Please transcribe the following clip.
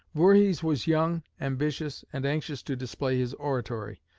voorhees was young, ambitious, and anxious to display his oratory.